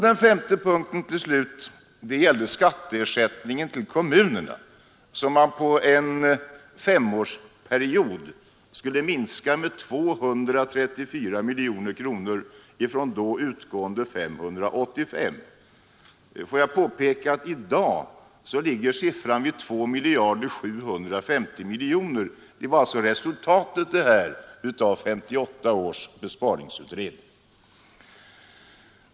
Den femte punkten slutligen gällde skatteersättningen till kommunerna, som man på en femårsperiod skulle minska med 234 miljoner kronor från då utgående 585 miljoner. Får jag påpeka att i dag ligger siffran vid 2 miljarder 750 miljoner. Det här var alltså resultatet av 1958 års besparingsutredning!